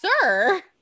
sir